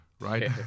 Right